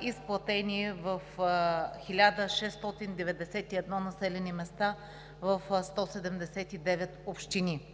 изплатени в 1691 населени места в 179 общини.